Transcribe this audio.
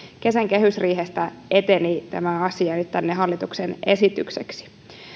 kesän kehysriihestä eteni jo tänne hallituksen esitykseksi